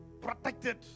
protected